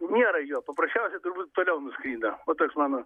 nėra jo paprasčiausiai turbūt toliau nuskrido va toks mano